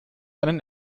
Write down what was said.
einen